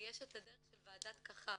יש את הדרך של ועדת קח"ר,